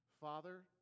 Father